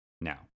Now